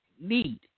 need